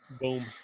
Boom